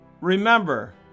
Remember